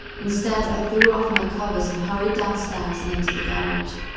instead i threw off my covers and hurried downstairs and into the garage.